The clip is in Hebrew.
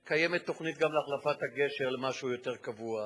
קיימת תוכנית גם להחלפת הגשר למשהו יותר קבוע.